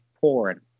porn